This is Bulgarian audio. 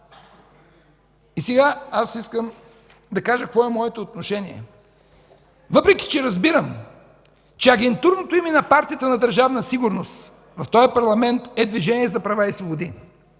Сега искам да кажа какво е моето отношение. Въпреки че разбирам, че агентурното име на партията на Държавна сигурност в този парламент е Движение за права и свободи,